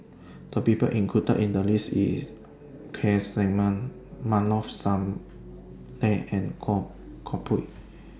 The People included in The list IS Keith Simmons Maarof Salleh and Goh Koh Pui